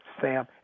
Sam